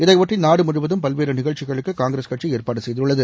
இதையொட்டி நாடு முழுவதும் பல்வேறு நிகழ்ச்சிகளுக்கு காங்கிரஸ் கட்சி ஏற்பாடு செய்துள்ளது